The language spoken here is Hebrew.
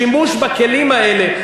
שימוש בכלים האלה,